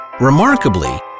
Remarkably